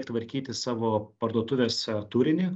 tvarkyti savo parduotuvės turinį